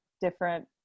different